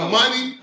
money